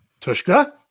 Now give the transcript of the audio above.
Tushka